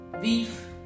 beef